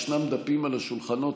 ישנם דפים על השולחנות,